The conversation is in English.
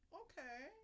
okay